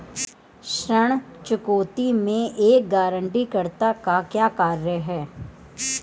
ऋण चुकौती में एक गारंटीकर्ता का क्या कार्य है?